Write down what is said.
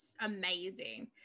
amazing